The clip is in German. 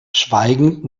schweigend